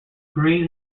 green